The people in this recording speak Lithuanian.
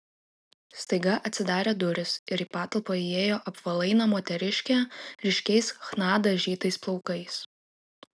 staiga atsidarė durys ir į patalpą įėjo apvalaina moteriškė ryškiais chna dažytais plaukais